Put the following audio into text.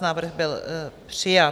Návrh byl přijat.